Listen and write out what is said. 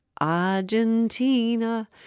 Argentina